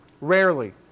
Rarely